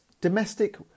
Domestic